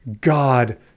God